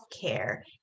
care